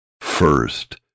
first